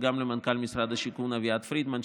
וגם למנכ"ל משרד השיכון אביעד פרידמן,